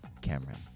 cameron